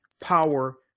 power